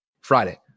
friday